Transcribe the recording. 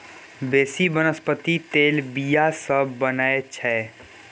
बेसी बनस्पति तेल बीया सँ बनै छै